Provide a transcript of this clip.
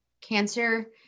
Cancer